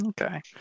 okay